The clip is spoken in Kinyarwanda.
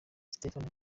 stephen